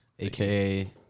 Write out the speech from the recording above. Aka